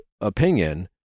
opinion